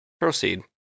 Proceed